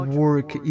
work